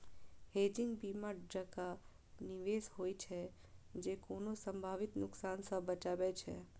hedging बीमा जकां निवेश होइ छै, जे कोनो संभावित नुकसान सं बचाबै छै